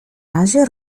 razie